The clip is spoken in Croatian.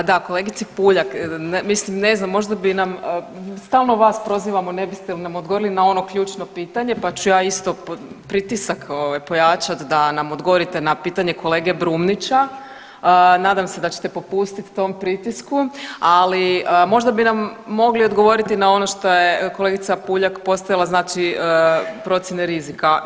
A da kolegici PUljak, mislim ne znam, možda bi nam stalno vas prozivamo ne biste li nam odgovorili na ono ključno pitanje pa ću ja isto pritisak pojačat da nam odgovorite na pitanje kolege Brumnića, nadam se da ćete popustit tom pritisku, ali možda bi nam mogli odgovoriti na ono što je kolegica Puljak postavila procjene rizika.